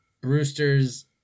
Brewster's